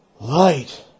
Light